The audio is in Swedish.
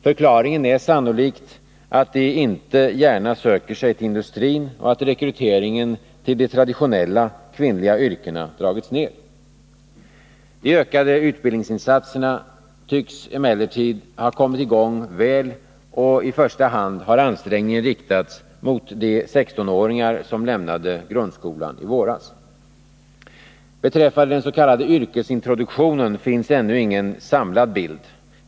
Förklaringen är sannolikt att de inte gärna söker sig till industrin och att rekryteringen till de traditionella kvinnliga yrkena dragits ner. De ökade utbildningsinsatserna tycks emellertid ha kommit i gång väl, och i första hand har ansträngningen riktats mot de 16-åringar som lämnade grundskolan i våras. Vad beträffar den s.k. yrkesintroduktionen finns ännu ingen samlad bild.